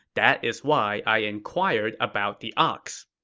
that is why i inquired about the ox.